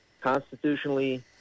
constitutionally